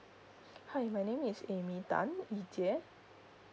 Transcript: hi my name is amy tan ee jie